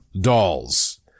dolls